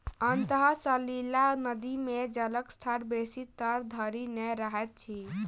अंतः सलीला नदी मे जलक स्तर बेसी तर धरि नै रहैत अछि